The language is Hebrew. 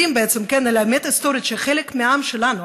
בעצם על האמת ההיסטורית של חלק מהעם שלנו,